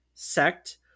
sect